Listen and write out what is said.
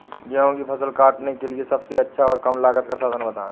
गेहूँ की फसल काटने के लिए सबसे अच्छा और कम लागत का साधन बताएं?